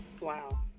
Wow